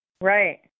Right